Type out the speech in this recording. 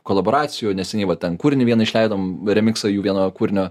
kolaboracijų neseniai va ten kūrinį vieną išleidom remiksą jų vieno kūrinio